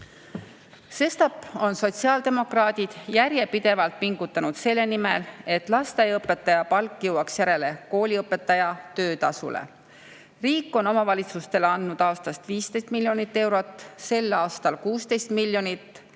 Sestap on sotsiaaldemokraadid järjepidevalt pingutanud selle nimel, et lasteaiaõpetaja palk jõuaks järele kooliõpetaja töötasule. Riik on omavalitsustele andnud aastas 15 miljonit eurot, sel aastal 16 miljonit, et